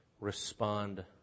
respond